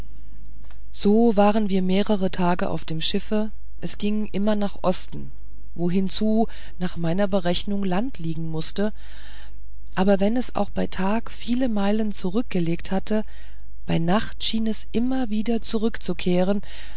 so waren wir mehrere tage auf dem schiffe es ging immer nach osten wohin zu nach meiner berechnung land liegen mußte aber wenn es auch bei tag viele meilen zurückgelegt hatte bei nacht schien es immer wieder zurückzukehren